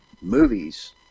movies